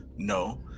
No